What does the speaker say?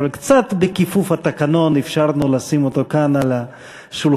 אבל קצת בכיפוף התקנון אפשרנו לשים אותו כאן על השולחן.